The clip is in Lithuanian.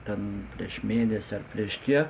ten prieš mėnesį ar prieš kiek